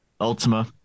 Ultima